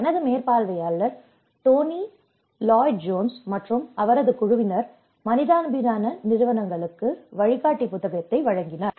எனது மேற்பார்வையாளர் Tony Lloyd Jones மற்றும் அவரது குழுவினர் மனிதாபிமான நிறுவனங்களுக்கு வழிகாட்டி புத்தகத்தை வழங்கினார்